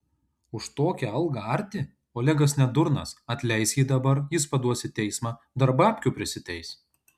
už tokią algą arti olegas ne durnas atleis jį dabar jis paduos į teismą dar babkių prisiteis